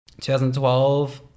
2012